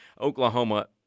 Oklahoma